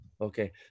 Okay